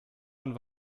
schon